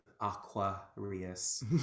aquarius